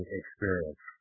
experience